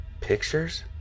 Pictures